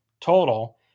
total